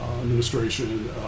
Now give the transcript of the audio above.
administration